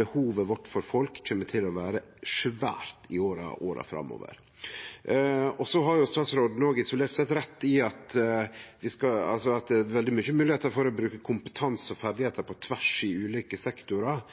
Behovet vårt for folk kjem til å vere svært i åra framover. Statsråden har òg isolert sett rett i at det er veldig mange moglegheiter for å bruke kompetanse og ferdigheiter på tvers i ulike sektorar,